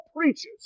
preaches